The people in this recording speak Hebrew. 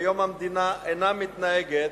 כיום המדינה אינה מתנהגת